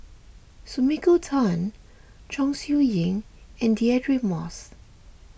Sumiko Tan Chong Siew Ying and Deirdre Moss